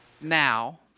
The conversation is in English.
now